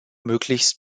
möglichst